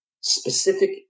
specific